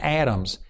atoms